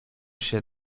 się